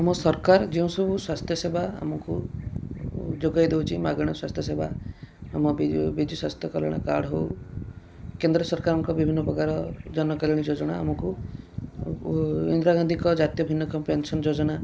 ଆମ ସରକାର ଯେଉଁ ସବୁ ସ୍ୱାସ୍ଥ୍ୟ ସେବା ଆମକୁ ଯୋଗାଇ ଦେଉଛି ମାଗଣା ସ୍ୱାସ୍ଥ୍ୟ ସେବା ଆମ ବିଜୁ ବିଜୁ ସ୍ୱାସ୍ଥ୍ୟ କଲ୍ୟାଣ କାର୍ଡ଼୍ ହେଉ କେନ୍ଦ୍ର ସରକାରଙ୍କ ବିଭିନ୍ନ ପ୍ରକାର ଜନ କଲ୍ୟାଣ ଯୋଜନା ଆମକୁ ଇନ୍ଦିରା ଗାନ୍ଧୀଙ୍କ ଜାତୀୟ ଭିନ୍ନକ୍ଷମ ପେନସନ୍ ଯୋଜନା